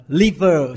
liver